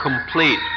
complete